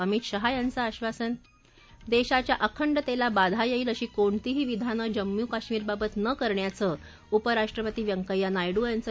अमित शहा यांचं आश्वासन देशाच्या अखंडतेला बाधा येईल अशी कोणतीही विधान जम्मू कश्मीरबाबत न करण्याचं उपराष्ट्रपती व्यकय्या नायडू यांचं